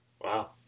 Wow